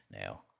now